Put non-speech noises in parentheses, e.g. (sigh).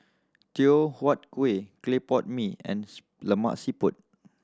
Teochew Huat Kueh clay pot mee and (unintelligible) Lemak Siput